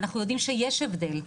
ואנחנו יודעים שיש הבדל.